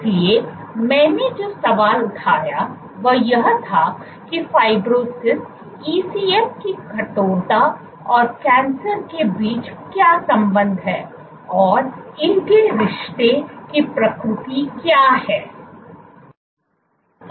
इसलिए मैंने जो सवाल उठाया वह यह था कि फाइब्रोसिस ईसीएम की कठोरता और कैंसर के बीच क्या संबंध है और इनके रिश्ते की प्रकृति क्या है